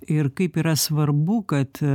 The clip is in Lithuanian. ir kaip yra svarbu kad